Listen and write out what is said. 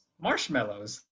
Marshmallows